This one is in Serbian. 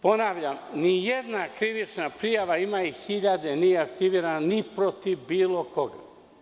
Ponavljam – nijedna krivična prijava, a ima ih hiljade, nije aktivirana ni protiv bilo koga.